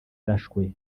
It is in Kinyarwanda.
arashwe